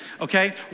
okay